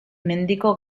mendiko